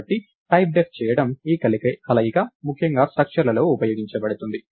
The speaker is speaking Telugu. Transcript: కాబట్టి టైప్డెఫ్ చేయడం ఈ కలయిక ముఖ్యంగా స్ట్రక్చర్లలో ఉపయోగపడుతుంది